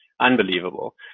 unbelievable